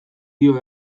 dio